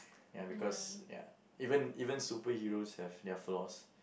ya because ya even even superheroes have their flaws